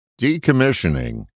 Decommissioning